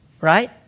right